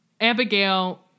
Abigail